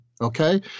okay